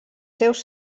seus